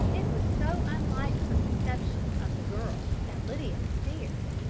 it was so unlike her conception of the girl, that lydia stared.